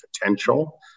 potential